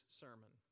sermon